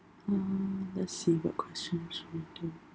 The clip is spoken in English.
uh let's see what question should we do